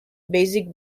basic